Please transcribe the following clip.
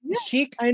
chic